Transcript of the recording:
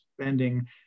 spending